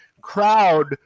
crowd